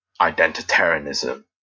identitarianism